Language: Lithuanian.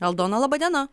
aldona laba diena